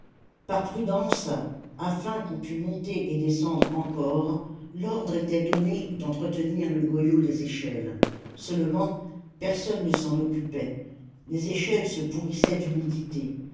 par prudence afin qu'on pût monter et descendre encore l'ordre était donné d'entretenir le goyot des échelles seulement personne ne s'en occupait les échelles se pourrissaient d'humidité